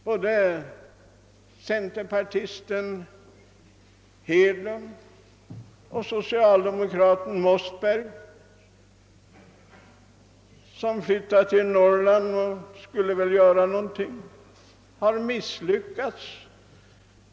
Både centerpartisten Hedlund och socialdemokraten Mossberg som flyttat till Norrland har misslyckats.